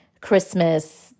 Christmas